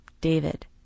David